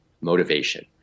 motivation